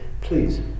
Please